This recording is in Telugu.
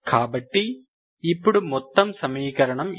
కాబట్టి ఇప్పుడు మొత్తం సమీకరణం ఇదే